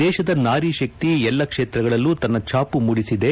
ದೇಶದ ನಾರಿ ಶಕ್ತಿ ಎಲ್ಲ ಕ್ಷೇತ್ರಗಳಲ್ಲೂ ತನ್ನ ಛಾಪು ಮೂಡಿಸಿದೆ